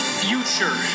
future